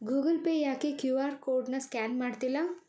Google Pay ಯಾಕೆ Q R ಕೋಡನ್ನ scan ಮಾಡ್ತಿಲ್ಲ